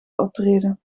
optreden